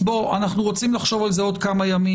אנחנו רוצים לחשוב על זה עוד כמה ימים,